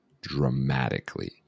dramatically